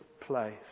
place